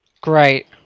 Great